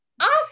awesome